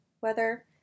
weather